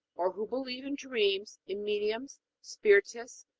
or who believe in dreams, in mediums, spiritists,